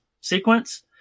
sequence